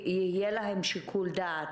האם יש להם את הסמכות למנוע את